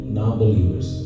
non-believers